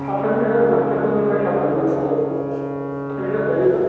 हासारनि खोथा दं ना हासारखौ नोङो हिसाब लानांगोन ना बेयाव हासार हिसाब लायोबा